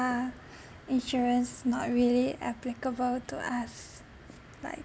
insurance not really applicable to us like